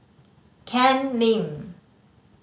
Ken Lim